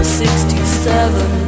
sixty-seven